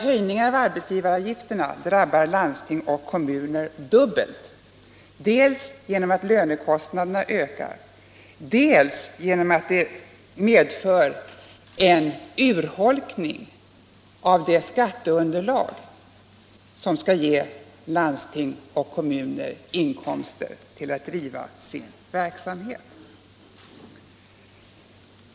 Höjningar av dessa avgifter drabbar ju landsting och kommuner dubbelt, dels genom att lönekostnaderna ökar, dels genom att de medför en urholkning av det skatteunderlag som skall ge landsting och kommuner inkomster för att driva sin verksamhet.